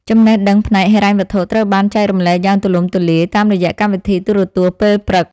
ចំណេះដឹងផ្នែកហិរញ្ញវត្ថុត្រូវបានចែករំលែកយ៉ាងទូលំទូលាយតាមរយៈកម្មវិធីទូរទស្សន៍ពេលព្រឹក។